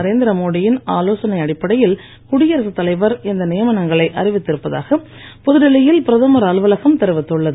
நரேந்திரமோடியின் ஆலோசனை அடிப்படையில் குடியரசுத் தலைவர் இந்த நியமனங்களை அறிவித்திருப்பதாக புதுடில்லியில் பிரதமர் அலுவலகம் தெரிவித்துள்ளது